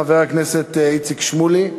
חבר הכנסת איציק שמולי,